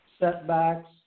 setbacks